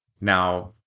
Now